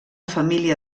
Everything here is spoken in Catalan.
família